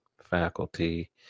faculty